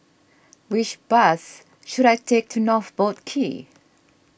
which bus should I take to North Boat Quay